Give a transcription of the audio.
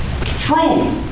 True